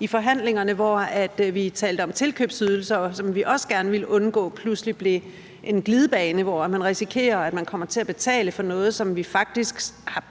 i forhandlingerne, hvor vi talte om tilkøbsydelser, som vi også gerne ville undgå pludselig blev en glidebane, hvor man risikerer at komme til at betale for noget, som vi faktisk stadig